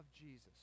Jesus